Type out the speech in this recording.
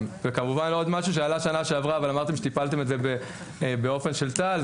וכמובן עוד משהו שעלה שנה שעברה אבל אמרתם שטיפלתם בזה באופן עם צה"ל.